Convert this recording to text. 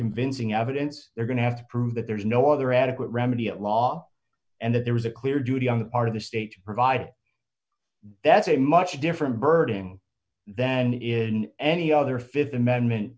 convincing evidence they're going to have prove that there is no other adequate remedy at law and that there was a clear duty on the part of the state provide that's a much different birding then isn't any other th amendment